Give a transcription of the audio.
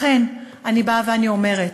לכן, אני באה ואומרת